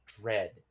Dread